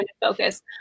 focus